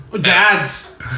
Dads